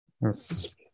Yes